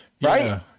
right